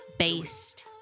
based